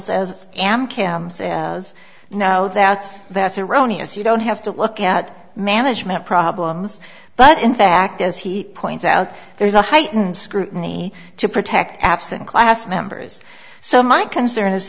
say no that's that's erroneous you don't have to look at management problems but in fact as he points out there's a heightened scrutiny to protect absent class members so my concern is